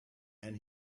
and